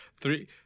Three